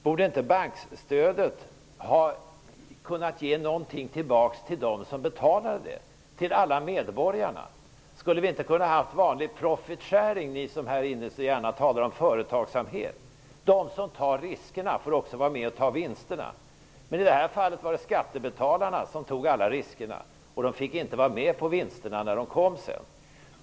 Borde inte bankstödet ha kunnat ge någonting tillbaka till dem som betalat det, till alla medborgarna? Skulle vi inte kunnat ha vanlig ''profit sharing'' -- ni som här inne gärna talar om företagsamhet -- de som tar riskerna får också vara med och ta vinsterna? I det här fallet tog skattebetalarna alla riskerna, men de fick inte vara med på vinsterna när dessa kom.